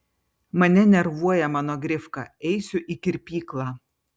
mane nervuoja mano grifka eisiu į kirpyklą